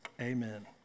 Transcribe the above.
amen